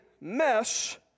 Mess